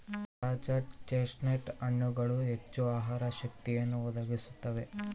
ತಾಜಾ ಚೆಸ್ಟ್ನಟ್ ಹಣ್ಣುಗಳು ಹೆಚ್ಚು ಆಹಾರ ಶಕ್ತಿಯನ್ನು ಒದಗಿಸುತ್ತವೆ